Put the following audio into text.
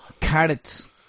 carrots